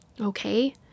Okay